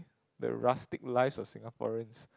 the rustic lives of Singaporeans